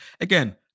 again